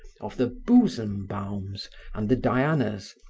of the busembaums and the dianas,